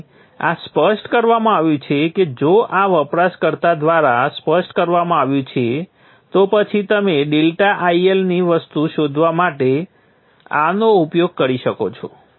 તેથી આ સ્પષ્ટ કરવામાં આવ્યું છે જો આ વપરાશકર્તા દ્વારા સ્પષ્ટ કરવામાં આવ્યું છે તો પછી તમે ડેલ્ટા IL ની વેલ્યુ શોધવા માટે આનો ઉપયોગ કરી શકો છો